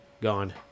gone